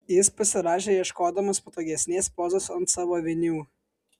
jis pasirąžė ieškodamas patogesnės pozos ant savo vinių